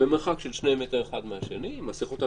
במרחק של שני מטרים אחד מהשני עם מסכות.